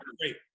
Great